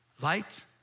light